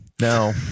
No